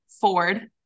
Ford